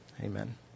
amen